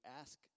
ask